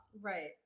Right